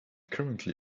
currently